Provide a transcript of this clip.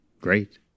Great